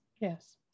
yes